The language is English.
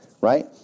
right